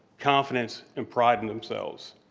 confidence, and pride in themselves.